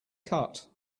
cut